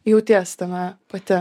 jautiesi tame pati